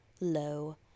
low